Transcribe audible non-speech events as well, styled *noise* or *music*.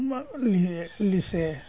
*unintelligible*